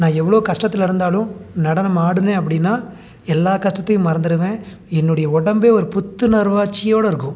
நான் எவ்வளோ கஷ்டத்தில் இருந்தாலும் நடனம் ஆடுனேன் அப்படின்னா எல்லா கஷ்டத்தையும் மறந்துவிடுவேன் என்னுடைய உடம்பே ஒரு புத்துணர்ச்சியோட இருக்கும்